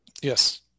Yes